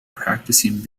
practicing